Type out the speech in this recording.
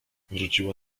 wróciła